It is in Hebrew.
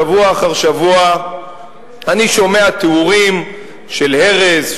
שבוע אחר שבוע אני שומע תיאורים של הרס,